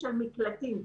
במקלטים,